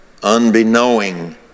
unbeknowing